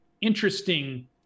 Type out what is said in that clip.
interesting